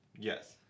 Yes